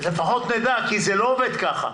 לפחות נדע, כי זה לא עובד ככה.